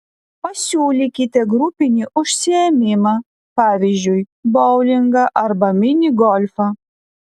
pasiūlykite grupinį užsiėmimą pavyzdžiui boulingą arba mini golfą